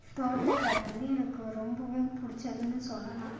தோட்டக்கலை வந்து எனக்கு ரொம்பவும் பிடிச்சதுன்னு சொல்லலாம்